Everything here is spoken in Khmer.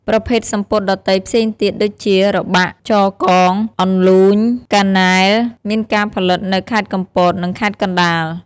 ប្រភេទសំពត់ដ៏ទៃផ្សេងទៀតដូចជា របាក់ ចរកង អន្លូញ កានែល មានការផលិតនៅ ខេត្តកំពត និងខេត្តកណ្តាល។